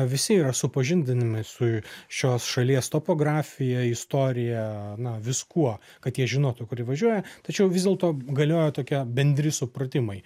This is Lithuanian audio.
visi yra supažindinami su šios šalies topografija istorija na viskuo kad jie žinotų kur jie važiuoja tačiau vis dėlto galioja tokie bendri supratimai